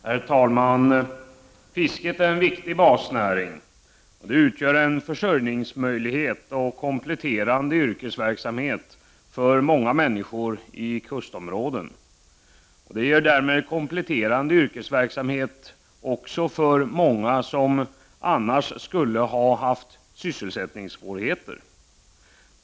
Herr talman! Fisket är en viktig basnäring. Det utgör en försörjningsmöjlighet och möjlighet till kompletterande yrkesverksamhet för många människor i kustområdena. Det ger därmed kompletterande yrkesverksamhet åt många människor som annars skulle ha haft sysselsättningssvårigheter.